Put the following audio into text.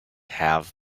have